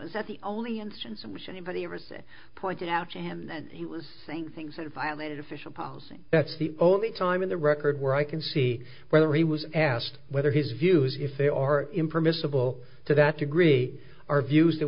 was that the only instance in which anybody ever said pointed out to him that he was saying things that violated official policy that's the only time in the record where i can see whether he was asked whether his views if they are him permissible to that degree are views that